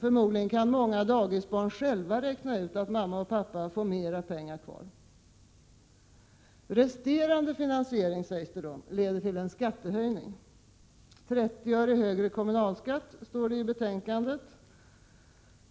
Förmodligen kan många dagisbarn själva räkna ut att mamma och pappa får mer pengar kvar. Resterande finansiering leder till skattehöjning, sägs det. 30 öre högre kommunalskatt, står det i utskottsbetänkandet.